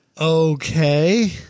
Okay